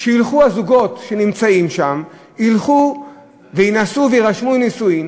הזוגות שנמצאים שם ילכו ויירשמו לנישואין